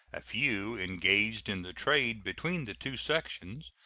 a few engaged in the trade between the two sections,